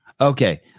Okay